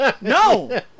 no